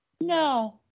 No